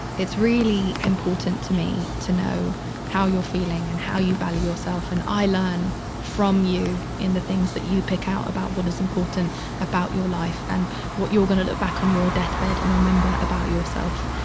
it's really important to me to know how you're feeling and how you value yourself. and i learn from you in the things that you pick out about what is important about your life and what you're going to look back on your deathbed. and remember about yourself.